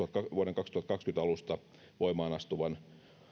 vuoden kaksituhattakaksikymmentä alusta voimaan astuvan